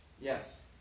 Yes